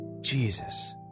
Jesus